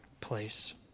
place